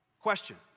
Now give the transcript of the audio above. Question